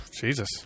jesus